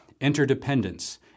interdependence